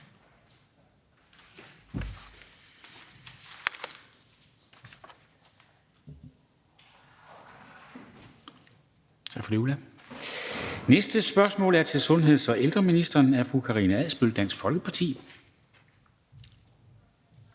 tak til fru Ulla Tørnæs. Næste spørgsmål er til sundheds- og ældreministeren og er stillet af fru Karina Adsbøl, Dansk Folkeparti.